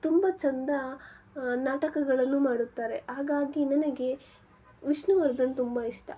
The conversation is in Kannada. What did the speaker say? ತುಂಬ ಚೆಂದ ನಾಟಕಗಳನ್ನು ಮಾಡುತ್ತಾರೆ ಹಾಗಾಗಿ ನನಗೆ ವಿಷ್ಣುವರ್ಧನ್ ತುಂಬ ಇಷ್ಟ